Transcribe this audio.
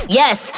yes